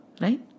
Right